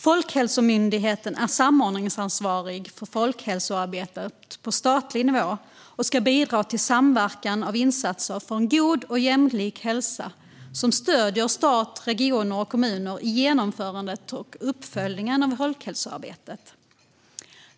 Folkhälsomyndigheten är samordningsansvarig för folkhälsoarbetet på statlig nivå och ska bidra till samverkan när det gäller insatser för en god och jämlik hälsa samt stödja stat, regioner och kommuner i genomförandet och uppföljningen av folkhälsoarbetet.